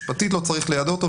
משפטית לא צריך ליידע אותו,